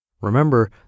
Remember